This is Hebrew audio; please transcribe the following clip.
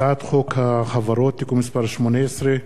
הצעת חוק החברות (תיקון מס' 18),